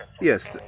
Yes